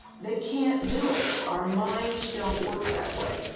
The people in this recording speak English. they can't do it. our minds don't work that way.